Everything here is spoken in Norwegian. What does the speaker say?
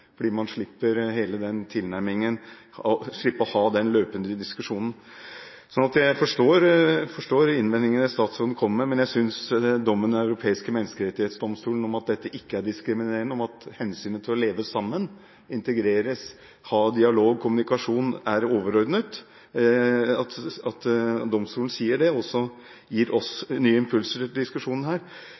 fordi man slipper hele den tilnærmingen og slipper å ha den løpende diskusjonen. Jeg forstår innvendingene statsråden kommer med, men jeg viser til dommen i Den europeiske menneskerettighetsdomstolen som sier at dette ikke er diskriminerende, og at hensynet til å leve sammen, integreres, ha dialog og kommunikasjon er overordnet. At domstolen sier det, gir oss nye impulser til diskusjonen.